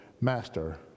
Master